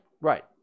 Right